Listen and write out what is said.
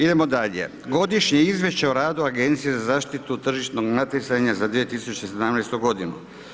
Idemo dalje. - Godišnje izvješće o radu Agencije za zaštitu tržišnog natjecanja za 2017. godinu.